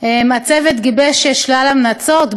הצוות גיבש שלל המלצות,